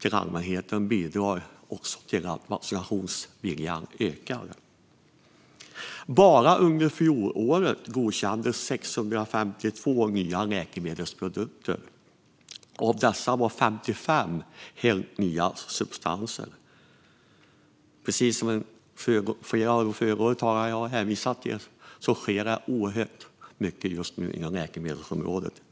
gentemot allmänheten bidrar också till att vaccinationsviljan ökar. Bara under fjolåret godkändes 652 nya läkemedelsprodukter. Av dessa var 55 helt nya substanser. Som flera talare redan har uppmärksammat sker det oerhört mycket på läkemedelsområdet just nu.